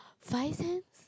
five cents